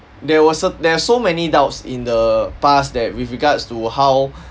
there was cer~ there are so many doubts in the past that with regards to how